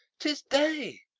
tis day.